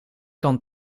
kan